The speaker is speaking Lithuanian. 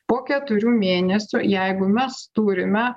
po keturių mėnesių jeigu mes turime